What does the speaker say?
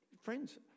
Friends